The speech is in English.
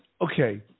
Okay